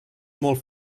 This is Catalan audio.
molt